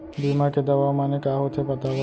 बीमा के दावा माने का होथे बतावव?